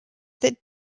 that